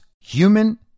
human